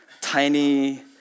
tiny